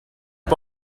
pas